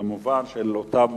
כמובן של אותן